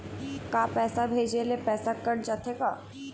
का पैसा भेजे ले पैसा कट जाथे का?